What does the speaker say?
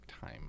time